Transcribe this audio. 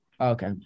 Okay